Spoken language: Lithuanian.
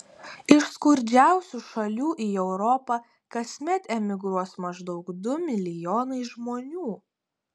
iš skurdžiausių šalių į europą kasmet emigruos maždaug du milijonai žmonių